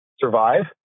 survive